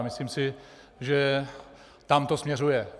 Myslím si, že tam to směřuje.